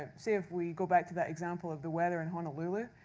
ah say if we go back to that example of the weather in honolulu.